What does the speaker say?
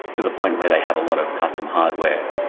to the point where they have a lot of custom hardware.